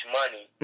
money